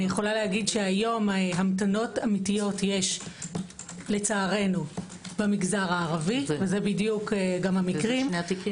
היום המתנות אמיתיות יש לצערנו במגזר הערבי וזה בדיוק המקרים.